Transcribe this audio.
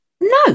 no